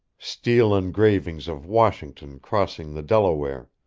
steel engravings of washington crossing the delaware.